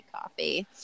coffee